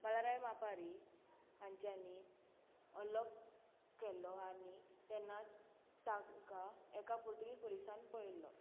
बालाराय मापारी हांच्यानी हल्लो केल्लो आनी तेन्नाच तांकां एका पुर्तुगीज पोलिसान पळयिल्लो